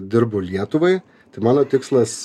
dirbu lietuvai tai mano tikslas